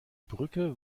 brücke